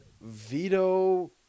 Vito